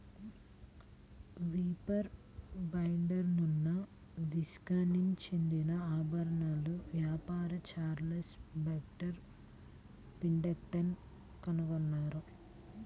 reaper బైండర్ను Wisconsin చెందిన ఆభరణాల వ్యాపారి చార్లెస్ బాక్స్టర్ విథింగ్టన్ కనుగొన్నారు